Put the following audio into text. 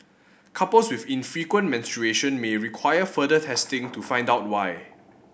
couples with infrequent menstruation may require further testing to find out why